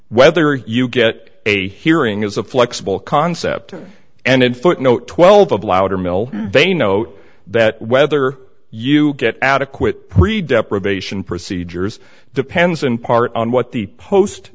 whether you get a hearing is a flexible concept and in footnote twelve of loudermilk they note that whether you get adequate pre deprivation procedures depends in part on what the post